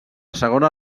segona